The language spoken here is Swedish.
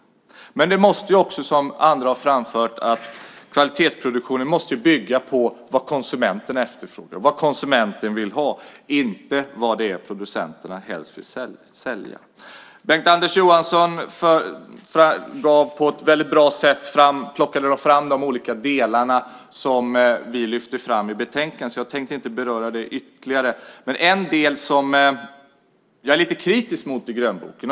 Kvalitetsproduktionen måste också, som andra har framfört, bygga på vad konsumenten efterfrågar, inte på vad producenterna helst vill sälja. Bengt-Anders Johansson plockade fram de olika delar som vi lyfter fram i utlåtandet, så jag ska inte beröra det ytterligare. Det finns en del som jag är lite kritisk till i grönboken.